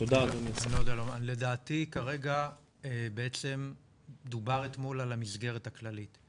לדעתי כרגע בעצם דובר אתמול על המסגרת הכללית.